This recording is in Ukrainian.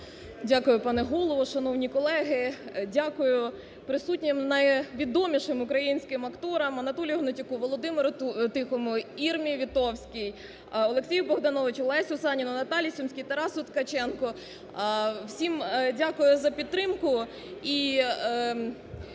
Дякую, пане Голово, шановні колеги. Дякую присутнім найвідомішим українським акторам: Анатолію Гнатюку, Володимиру Тихому, Ірмі Вітовський, Олексію Богдановичу, Лесю Саніну, Наталії Сумській, Тарасу Ткаченку – всім дякую за підтримку.